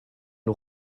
nhw